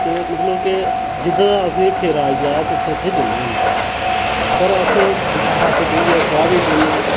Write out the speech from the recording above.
ते मतलव कि जित्थै दा असें ई फेरा आई गेआ अस उत्थै उत्थै जन्ने होन्ने पर अस दकाना पर बेहियै चाह् बी पीन्ने होन्ने